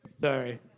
Sorry